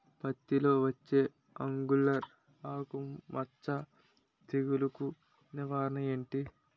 పత్తి లో వచ్చే ఆంగులర్ ఆకు మచ్చ తెగులు కు నివారణ ఎంటి?